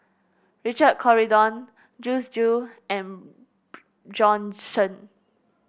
Richard Corridon Joyce Jue and Bjorn Shen